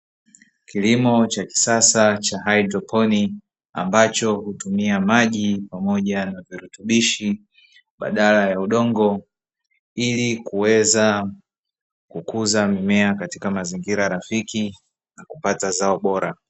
Kilimo cha kisasa cha haidroponi, ambacho hutumia maji pamoja na virutubishi badala ya udongo, ili kuweza kukuza mimea katika mazingira rafiki na kupata zao bora.